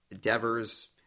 Devers